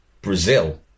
Brazil